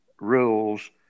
rules